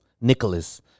Nicholas